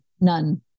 none